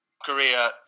Korea